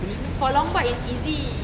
for longboard is easy